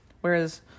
Whereas